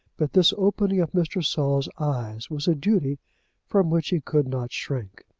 but this opening of mr. saul's eyes was a duty from which he could not shrink.